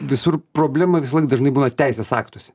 visur problema visąlaik dažnai būna teisės aktuose